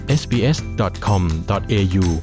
sbs.com.au